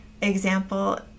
example